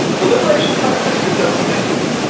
the liberation side of this we've done dismally.